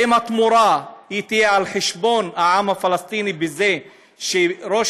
האם התמורה תהיה על חשבון העם הפלסטיני בזה שראש